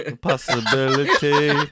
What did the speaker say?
Possibility